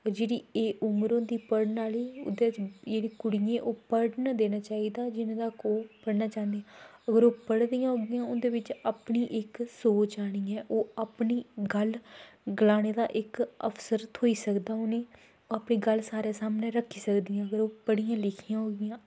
ते जेह्ड़ी एह् उमर होंदी पढ़न आह्ली जेह्ड़ी कुड़ियें गी पढ़न देना चाहिदा जिन्ने तक ओह् पढ़ना चांह्दियां अगर ओह् पढ़ी दियां होङन उं'दे बिच्च अपनी इक सोच आनी ऐं ओह् अपनी गल्ल गलाने दा इक अवसर थ्होई सकदा उ'नें गी ओह् अपनी गल्ल सारें दे सामनै रक्खी सकदियां अगर ओह् पढ़ियां लिखियां होगियां